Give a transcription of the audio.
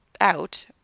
out